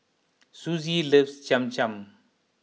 Suzie loves Cham Cham